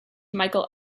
michael